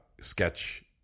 sketch